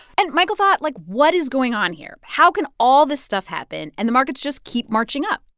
and michael thought, like, what is going on here? how can all this stuff happen and the markets just keep marching up?